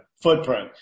footprint